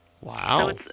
Wow